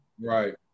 Right